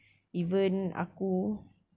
even aku